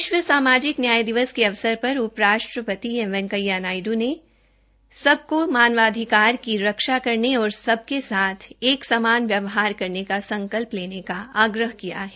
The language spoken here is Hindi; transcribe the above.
विश्व सामाजिक न्याय दिवस के अवसर पर उप राष्ट्रपति एम वैंकेया नायडू ने सबको मानवाधिकारों की रक्षा करने और सब के साथ एक समान व्यवहार करने का संकल्प लेने का आग्रह किया है